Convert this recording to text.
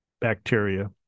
bacteria